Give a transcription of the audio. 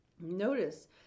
notice